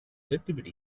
activity